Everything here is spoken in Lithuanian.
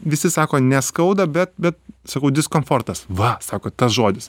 visi sako neskauda bet bet sakau diskomfortas va sako tas žodis